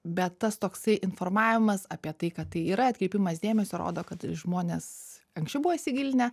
bet tas toksai informavimas apie tai kad tai yra atkreipimas dėmesio rodo kad žmonės anksčiau buvo įsigilinę